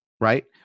Right